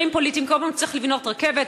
פוליטיים כל פעם כשצריך להקים רכבת,